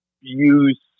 use